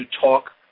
talk